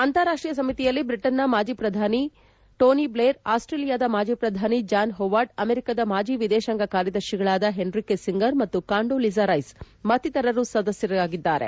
ಅಂತಾರಾಷ್ಷೀಯ ಸಮಿತಿಯಲ್ಲಿ ಬ್ರಿಟನ್ನ ಮಾಜಿ ಪ್ರಧಾನಿ ಟೋನಿ ಭ್ಷೇರ್ ಆಸ್ಸೇಲಿಯಾದ ಮಾಜಿ ಪ್ರಧಾನಿ ಜಾನ್ ಹೋವಾರ್ಡ್ ಅಮೆರಿಕಾದ ಮಾಜಿ ವಿದೇತಾಂಗ ಕಾರ್ಯದರ್ತಿಗಳಾದ ಹೆನ್ರಿ ಕಿಸ್ಸಿಂಗರ್ ಮತ್ತು ಕಾಂಡೋಲಿಸಾ ರೈಸ್ ಮತ್ತಿತರರು ಸದಸ್ಲರಾಗಿದ್ದಾರೆ